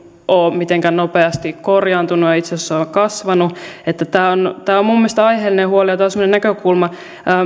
ole mitenkään nopeasti korjaantunut ja itse asiassa se on kasvanut että tämä on tämä on mielestäni aiheellinen huoli ja semmoinen näkökulma